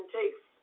takes